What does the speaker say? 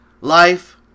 life